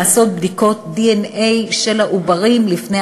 לעשות בדיקות דנ"א של העוברים לפני